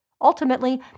Ultimately